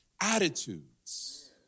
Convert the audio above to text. attitudes